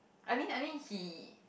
I mean I mean he